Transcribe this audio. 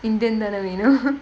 indian தான வேணும்:thaana venum